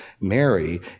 Mary